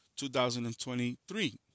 2023